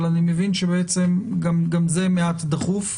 אבל אני מבין שגם זה מעט דחוף,